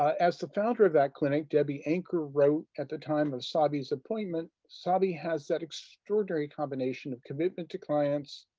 as the founder of that clinic, debbie anker wrote at the time of sabi's appointment, sabi has that extraordinary combination of commitment to clients,